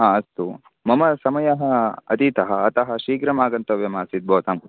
अस्तु मम समयः अतीतः अतः शीघ्रम् आगन्तव्यम् आसीत् भवतां